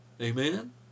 Amen